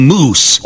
Moose